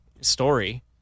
story